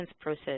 process